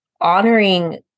honoring